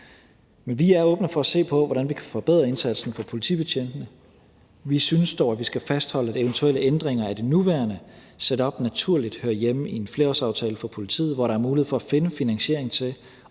Men vi er åbne for at se på, hvordan vi kan forbedre indsatsen for politibetjentene. Vi synes dog, at vi skal fastholde, at eventuelle ændringer af det nuværende setup naturligt hører hjemme i en flerårsaftale for politiet, hvor der er mulighed for at finde finansiering og